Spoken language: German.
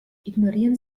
ignorieren